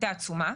הייתה עצומה.